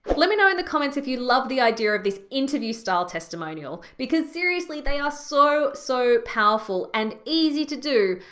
but let me know in the comments if you love the idea of this interview style testimonial. because seriously, they are so so powerful and easy to do,